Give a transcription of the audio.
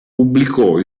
pubblicò